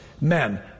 Men